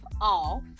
off